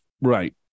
Right